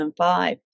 2005